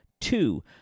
Two